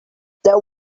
there